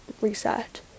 reset